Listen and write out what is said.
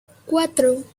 cuatro